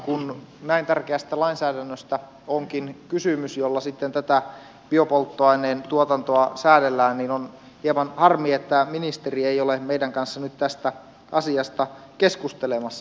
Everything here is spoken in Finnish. kun onkin kysymys näin tärkeästä lainsäädännöstä jolla sitten tätä biopolttoaineen tuotantoa säädellään niin on hieman harmi että ministeri ei ole meidän kanssa nyt tästä asiasta keskustelemassa